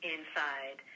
Inside